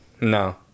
No